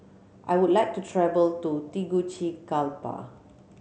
I would like to travel to Tegucigalpa